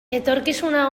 etorkizuna